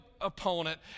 opponent